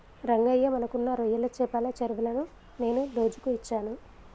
రంగయ్య మనకున్న రొయ్యల చెపల చెరువులను నేను లోజుకు ఇచ్చాను